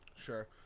Sure